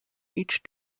each